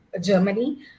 Germany